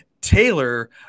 Taylor